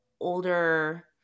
older